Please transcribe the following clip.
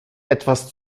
etwas